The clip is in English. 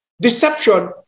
deception